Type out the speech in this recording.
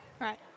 right